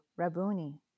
Rabuni